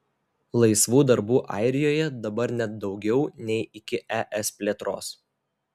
laisvų darbų airijoje dabar net daugiau nei iki es plėtros